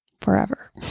forever